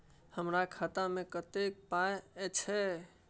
हमरा खाता में कत्ते पाई अएछ?